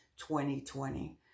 2020